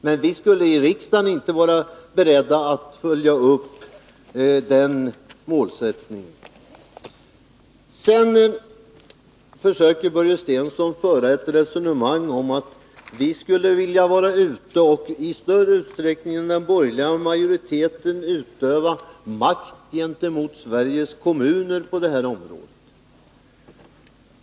Men vi skulle alltså i riksdagen inte vara beredda att följa upp den målsättningen! Börje Stensson försöker föra ett resonemang om att vi socialdemokrater i större utsträckning än den borgerliga majoriteten skulle vilja utöva makt gentemot Sveriges kommuner på det här området.